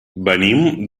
venim